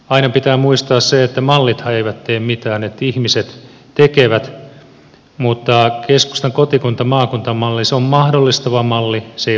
aina pitää muistaa se että mallithan eivät tee mitään että ihmiset tekevät mutta keskustan kotikuntamaakunta malli on mahdollistava malli se ei ole pakottava malli